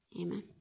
Amen